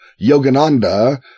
Yogananda